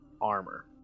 armor